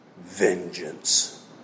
Vengeance